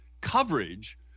coverage